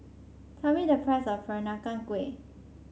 tell me the price of Peranakan Kueh